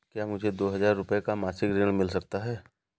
क्या मुझे दो हजार रूपए का मासिक ऋण मिल सकता है?